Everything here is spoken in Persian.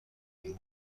این